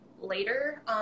later